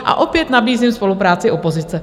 A opět nabízím spolupráci opozice.